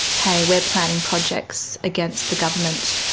hey, we're planning projects against the government.